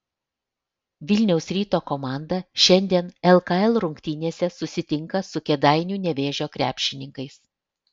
vilniaus ryto komanda šiandien lkl rungtynėse susitinka su kėdainių nevėžio krepšininkais